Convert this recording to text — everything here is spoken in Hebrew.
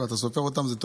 שלישית.